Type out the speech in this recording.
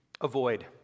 avoid